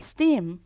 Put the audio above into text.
Steam